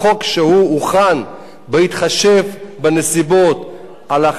שהוכן בהתחשב בנסיבות של החשוב,